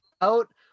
out